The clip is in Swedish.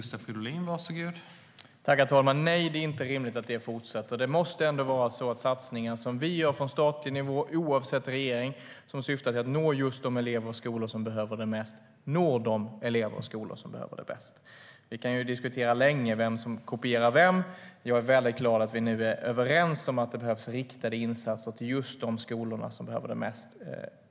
Herr talman! Nej, det är inte rimligt att det fortsätter. Det måste ändå vara så att satsningar vi gör från statlig nivå, oavsett regering, och som syftar till att nå just de elever och skolor som behöver dem mest också når de elever och skolor som behöver dem mest. Vi kan diskutera länge vem som kopierar vem, men jag är väldigt glad att vi nu är överens om att det behövs riktade insatser till just de skolor som behöver dem mest.